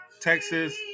Texas